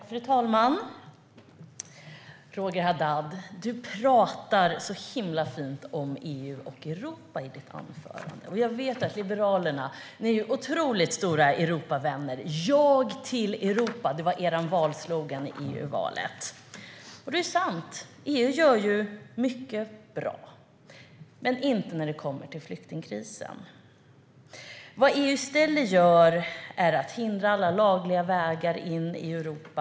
Fru talman! Du pratar så himla fint om EU och Europa i ditt anförande, Roger Haddad. Jag vet att Liberalerna är otroligt stora Europavänner. Er valslogan i EU-valet var: Ja till Europa. Det är sant att EU gör mycket bra, men inte när det kommer till flyktingkrisen. Vad EU i stället gör är att hindra alla lagliga vägar in i Europa.